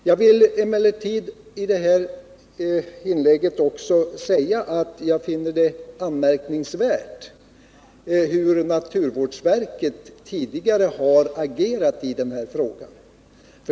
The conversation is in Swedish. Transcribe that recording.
Jag vill emellertid i det här inlägget också säga att jag finner det sätt anmärkningsvärt på vilket naturvårdsverket tidigare har agerat i frågan.